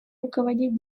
руководить